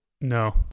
No